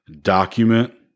Document